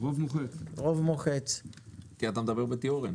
רוב נמנעים,